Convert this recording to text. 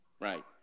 Right